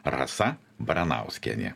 rasa baranauskienė